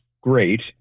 great